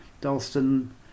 Dalston